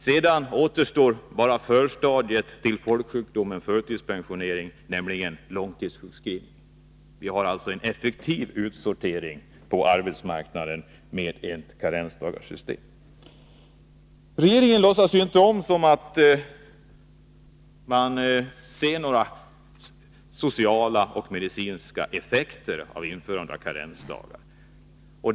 Sedan återstår bara förstadiet till folksjukdomen förtidspensionering, nämligen långtidssjukskrivning. Vi får alltså en effektiv utsortering på arbetsmarknaden med ett karensdagssystem. Regeringen låtsas inte om negativa sociala och medicinska effekter av införande av karensdagar.